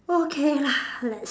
okay lah let's